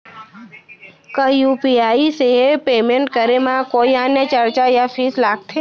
का यू.पी.आई से पेमेंट करे म कोई अन्य चार्ज या फीस लागथे?